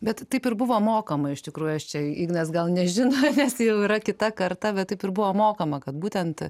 bet taip ir buvo mokoma iš tikrųjų aš čia ignas gal nežino nes tai jau yra kita karta bet taip ir buvo mokoma kad būtent